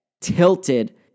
tilted